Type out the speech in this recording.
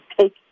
take